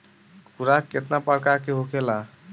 खुराक केतना प्रकार के होखेला?